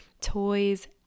toys